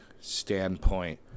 standpoint